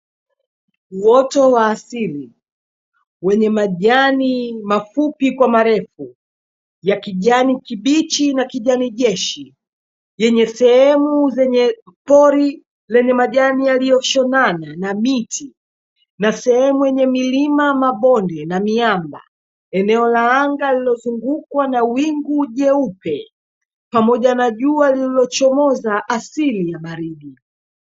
Uwoto wa asili, wenye majani mafupi kwa marefu ya kijani kibichi na kijani jeshi, yenye sehemu zenye pori lenye majani yaliyoshonami na miti na sehemu yenye milima, mabonde na miamba, eneo la anga lililozungukwa na wingu jeupe, pamoja na jua lililochomoza asili ya baridi.